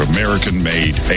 American-made